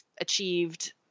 achieved